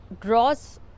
draws